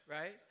right